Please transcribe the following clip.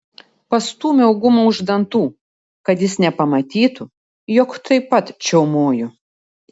pastūmiau gumą už dantų kad jis nepamatytų jog taip pat čiaumoju